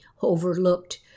overlooked